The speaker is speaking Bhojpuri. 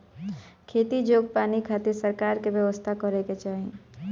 खेती जोग पानी खातिर सरकार के व्यवस्था करे के चाही